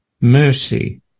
Mercy